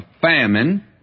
famine